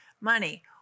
money